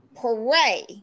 pray